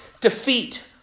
defeat